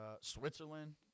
Switzerland